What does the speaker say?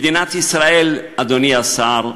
מדינת ישראל, אדוני השר,